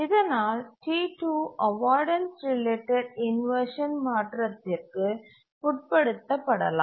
இதனால் T2 avoidance related inversion மாற்றத்திற்கு உட்படுத்தப்படலாம்